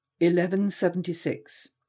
1176